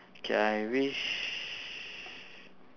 K I wish